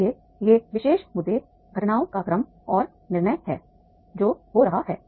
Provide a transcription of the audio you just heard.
इसलिए ये विशेष मुद्दे घटनाओं का क्रम और निर्णय है जो हो रहा है